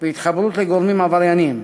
והתחברות לגורמים עברייניים.